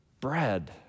bread